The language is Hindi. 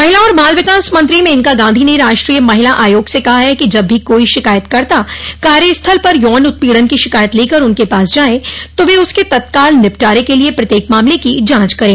महिला और बाल विकास मंत्री मेनका गांधी ने राष्ट्रीय महिला आयोग से कहा है कि जब भी कोई शिकायतकर्ता कार्यस्थल पर यौन उत्पीड़न की शिकायत लेकर उनके पास जाए तो वे उसके तत्काल निपटारे के लिए प्रत्येक मामले की जांच करें